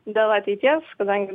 dėl ateities kadangi